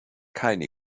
keine